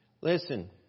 Listen